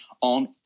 on